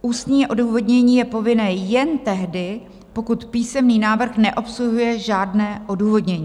Ústní odůvodnění je povinné jen tehdy, pokud písemný návrh neobsahuje žádné odůvodnění.